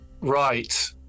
Right